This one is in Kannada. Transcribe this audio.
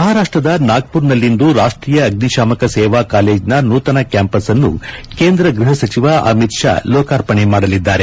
ಮಹಾರಾಷ್ಟದ ನಾಗ್ದುರದಲ್ಲಿಂದು ರಾಷ್ಟೀಯ ಅಗ್ನಿಶಾಮಕ ಸೇವಾ ಕಾಲೇಜ್ನ ನೂತನ ಕ್ಯಾಂಪಸ್ಅನ್ನು ಕೇಂದ್ರ ಗ್ಬಹ ಸಚಿವ ಅಮಿತ್ ಷಾ ಲೋಕಾರ್ಪಣೆ ಮಾಡಲಿದ್ದಾರೆ